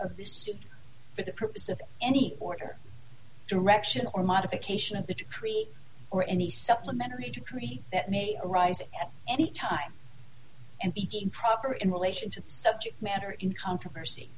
of this suit for the purpose of any order direction or modification of the treaty or any supplementary decree that may arise at any time and be getting proper in relation to the subject matter in controversy